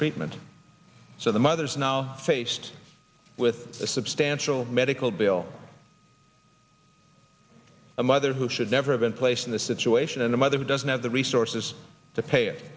treatment so the mother's now faced with a substantial medical bill a mother who should never have been placed in the situation and a mother who doesn't have the resources to pay